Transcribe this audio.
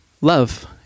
Love